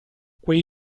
quei